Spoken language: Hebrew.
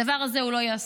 הדבר הזה הוא לא ייעשה.